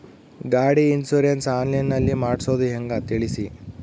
ಗಾಡಿ insurance online ನಲ್ಲಿ ಮಾಡ್ಸೋದು ಹೆಂಗ ತಿಳಿಸಿ?